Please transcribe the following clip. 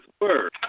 Word